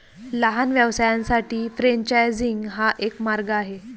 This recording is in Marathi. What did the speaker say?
लहान व्यवसायांसाठी फ्रेंचायझिंग हा एक मार्ग आहे